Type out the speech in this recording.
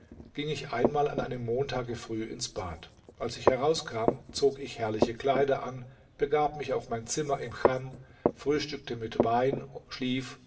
ging ich einmal an einem montage früh ins bad als ich herauskam zog ich herrliche kleider an begab mich auf mein zimmer im chan frühstückte mit wein schlief